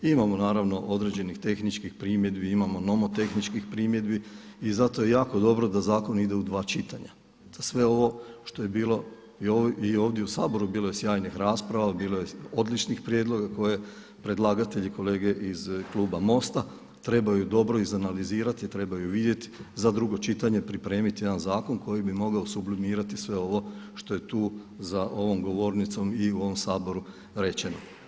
Imamo naravno određenih tehničkih primjedbi, imamo nomotehničkih primjedbi i zato je jako dobro da zakon ide u dva čitanja, da sve ovo što je bilo i ovdje u Saboru je bilo sjajnih rasprava, bilo je odličnih prijedloga koje predlagatelj i kolege iz kluba MOST-a trebaju dobro izanalizirati, trebaju vidjeti za drugo čitanje pripremiti jedan zakon koji bi mogao sublimirati sve ovo što je tu za ovom govornicom i u ovom Saboru rečeno.